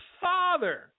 Father